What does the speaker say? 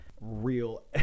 real